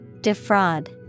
Defraud